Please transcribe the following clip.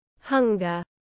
hunger